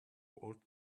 old